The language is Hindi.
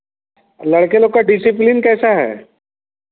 लड़के लोग का डिसप्लिन कैसा है